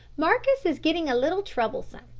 marcus is getting a little troublesome.